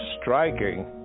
striking